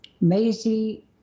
Maisie